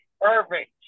perfect